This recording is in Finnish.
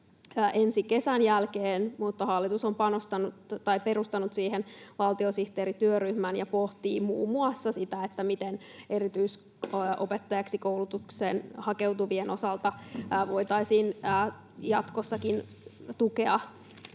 ensi kesän jälkeen, mutta hallitus on perustanut siihen valtiosihteerityöryhmän ja pohtii muun muassa sitä, miten erityisopettajaksi koulutukseen hakeutuvia voitaisiin jatkossakin tukea,